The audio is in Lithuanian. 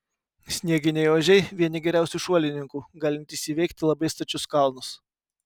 snieginiai ožiai vieni geriausių šuolininkų galintys įveikti labai stačius kalnus